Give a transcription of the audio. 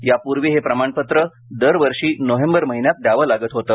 यापूर्वी हे प्रमाणपत्र दरवर्षी नोव्हेंबर महिन्यात द्यावं लागत होतं